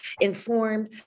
informed